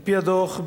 על-פי הדוח,